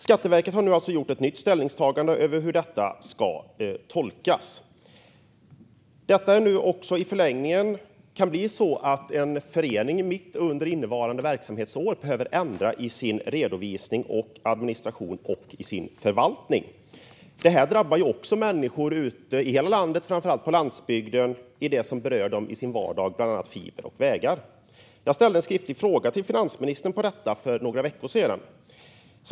Skatteverket har nu alltså gjort ett nytt ställningstagande gällande hur detta ska tolkas. I förlängningen kan detta innebära att en förening mitt under innevarande verksamhetsår behöver ändra i sin redovisning, administration och förvaltning. Detta drabbar människor i hela landet, framför allt på landsbygden, i sådant som berör dem i deras vardag - bland annat fiber och vägar. Jag ställde en skriftlig fråga om detta till finansministern för några veckor sedan.